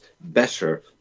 better